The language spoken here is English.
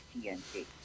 TNT